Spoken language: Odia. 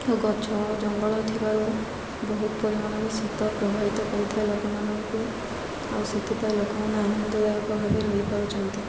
ଆଉ ଗଛ ଜଙ୍ଗଲ ଥିବାରୁ ବହୁତ ପରିମାଣରେ ଶୀତ ପ୍ରବାହିତ କରିଥାଏ ଲୋକମାନଙ୍କୁ ଆଉ ସେଥିପାଇଁ ଲୋକମାନେ ଆନନ୍ଦଦାୟକ ଭାବେ ରହିପାରୁଛନ୍ତି